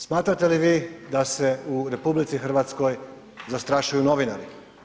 Smatrate li vi da se u RH zastrašuju novinari.